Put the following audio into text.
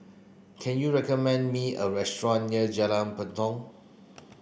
can you recommend me a restaurant near Jalan Tepong